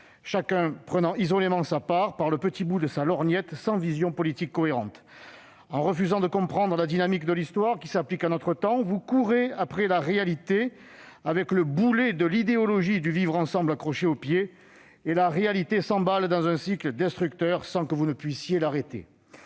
chacun prenant isolément sa part par le petit bout de sa lorgnette, sans vision politique cohérente. En refusant de comprendre la dynamique de l'histoire qui s'applique à notre temps, vous courez après la réalité avec le boulet de l'idéologie du « vivre ensemble » accroché au pied. Mais la réalité s'emballe dans un cycle destructeur, sans que vous puissiez l'arrêter.